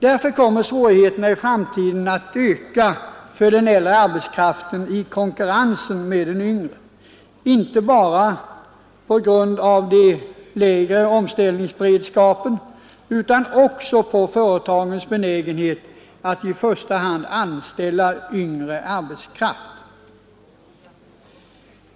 Därför kommer svårigheterna i framtiden att öka för den äldre arbetskraften i konkurrensen med den yngre, inte bara på grund av lägre omställningsberedskap utan också på grund av företagens benägenhet att i första hand anställa yngre arbetskraft.